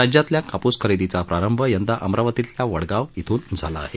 राज्यातील कापूस खरेदीचा प्रारंभ यंदा अमरावतीतील वडगाव इथून झाला आहे